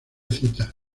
cita